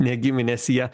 ne giminės jie